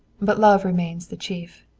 but love remains the chief.